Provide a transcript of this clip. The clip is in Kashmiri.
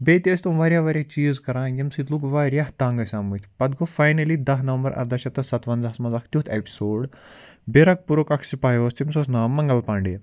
بیٚیہِ تہِ ٲسۍ تِم واریاہ واریاہ چیٖز کران ییٚمہِ سۭتۍ لُکھ واریاہ تنٛگ ٲسۍ آمٕتۍ پتہٕ گوٚو فاینلٕی دہ نَومبر ارداہ شَتھ تہٕ سَتوَنزہَس منٛز اَکھ تیُتھ ایپِسوڈ بیرکھ پوٗرُکھ اَکھ سِپاے اوس تٔمِس اوس ناو منٛگل پانڈے